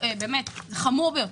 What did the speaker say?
זה חמור ביותר.